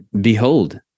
behold